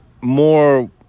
more